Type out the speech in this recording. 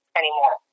anymore